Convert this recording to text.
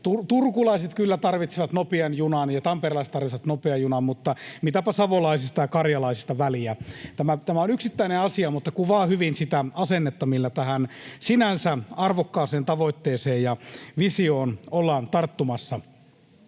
turkulaiset kyllä tarvitsevat nopean junan ja tamperelaiset tarvitsevat nopean junan mutta mitäpä savolaisista ja karjalaisista väliä. Tämä on yksittäinen asia mutta kuvaa hyvin sitä asennetta, millä tähän sinänsä arvokkaaseen tavoitteeseen ja visioon ollaan tarttumassa.